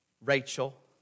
Rachel